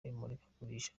imurikagurisha